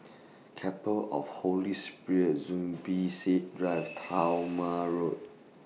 Chapel of Holy Spirit Zubir Said Drive Talma Road